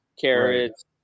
carrots